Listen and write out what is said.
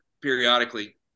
periodically